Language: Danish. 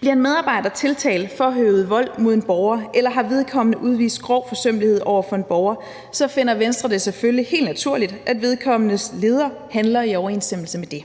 Bliver en medarbejder tiltalt for at have øvet vold mod en borger, eller har vedkommende udvist grov forsømmelighed over for en borger, finder Venstre det selvfølgelig helt naturligt, at vedkommendes leder handler i overensstemmelse med det.